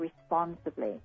responsibly